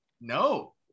No